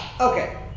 Okay